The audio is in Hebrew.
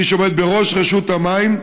מי שעומד בראש רשות המים,